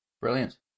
Brilliant